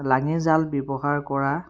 লাঙী জাল ব্যৱহাৰ কৰা